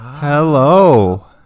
Hello